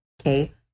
Okay